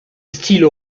style